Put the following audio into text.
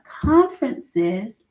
conferences